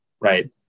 right